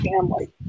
family